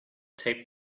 taped